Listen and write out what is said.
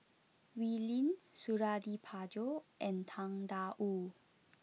Wee Lin Suradi Parjo and Tang Da Wu